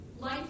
Life